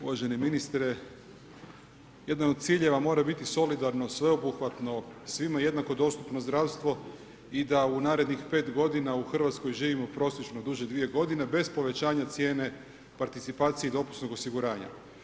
Uvaženi ministre jedan od ciljeva mora biti solidarno, sveobuhvatno, svima jednako dostupno zdravstvo, i da u narednih 5 g. u Hrvatskoj živimo prosječno duže 2 g. bez povećanja cijene participacije i dopusnog osiguranja.